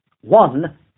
One